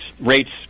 Rates